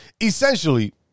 essentially